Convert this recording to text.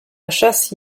chasse